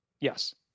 Yes